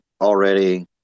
already